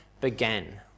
began